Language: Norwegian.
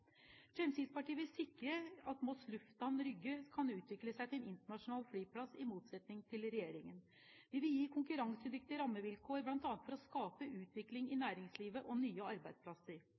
Fremskrittspartiet vil i motsetning til regjeringen sikre at Moss Lufthavn Rygge kan utvikle seg til en internasjonal flyplass. Vi vil gi konkurransedyktige rammevilkår, bl.a. for å skape utvikling i næringslivet og nye arbeidsplasser.